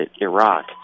Iraq